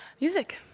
music